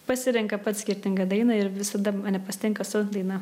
pasirenka pats skirtingą dainą ir visada mane pasitinka su daina